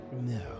No